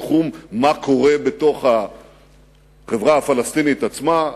בתחום של מה שקורה בתוך החברה הפלסטינית עצמה,